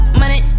money